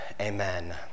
Amen